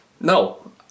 No